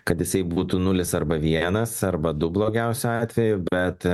kad jisai būtų nulis arba vienas arba du blogiausiu atveju bet